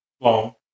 long